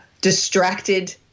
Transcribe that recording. distracted